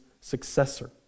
successor